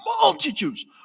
multitudes